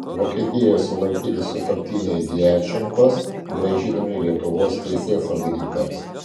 vokietijoje sulaikyti sutuoktiniai djačenkos grąžinami lietuvos teisėsaugininkams